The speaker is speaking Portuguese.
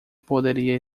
poderia